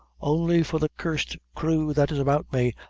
only for the cursed crew that's about me,